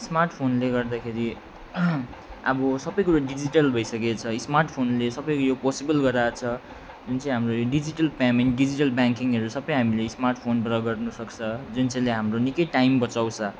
स्मार्टफोनले गर्दाखेरि अब सबै कुरो डिजिटल भइसकेको छ स्मार्टफोनले सबै यो पोसिबल गराको छ जुन चाहिँ हाम्रो यो डिजिटल पेमेन्ट डिजिटल ब्याङ्किङहरू सबै हामीले स्मार्टफोनबाट गर्नुसक्छ जुन चाहिँ ले हाम्रो निकै बचाउँछ